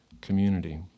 community